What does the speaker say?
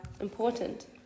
important